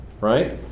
right